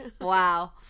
Wow